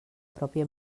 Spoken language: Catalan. pròpia